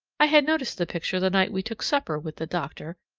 i had noticed the picture the night we took supper with the doctor,